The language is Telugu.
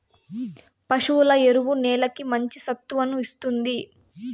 పశువుల ఎరువు నేలకి మంచి సత్తువను ఇస్తుంది